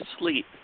sleep